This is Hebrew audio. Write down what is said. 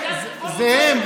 זה הם.